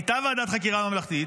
הייתה ועדת חקירה ממלכתית.